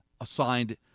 assigned